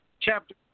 Chapter